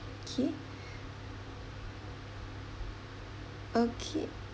K okay